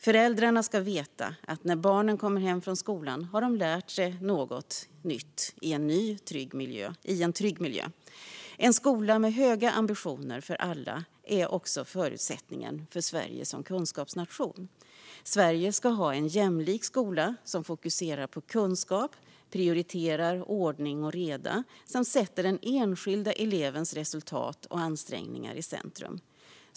Föräldrarna ska veta att när barnen kommer hem från skolan har de lärt sig något nytt i en trygg miljö. En skola med höga ambitioner för alla är också förutsättningen för Sverige som kunskapsnation. Sverige ska ha en jämlik skola som fokuserar på kunskap, prioriterar ordning och reda samt sätter den enskilda elevens resultat och ansträngningar i centrum.